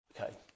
okay